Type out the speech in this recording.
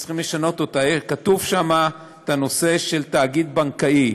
וצריך לשנות אותה, כתוב שם הנושא של תאגיד בנקאי,